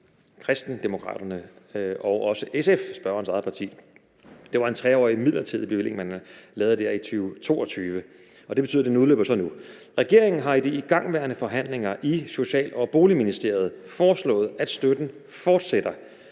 Kristendemokraterne og også SF, spørgerens eget parti. Det var en 3-årig midlertidig bevilling, man lavede der i 2022, og det betyder så, at den udløber nu. Regeringen har i de igangværende forhandlinger i Social- og Boligministeriet foreslået, at støtten fortsætter